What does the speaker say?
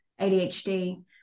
ADHD